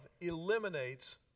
eliminates